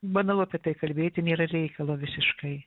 banalu apie tai kalbėti nėra reikalo visiškai